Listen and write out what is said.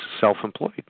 self-employed